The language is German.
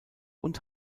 und